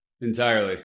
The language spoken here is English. entirely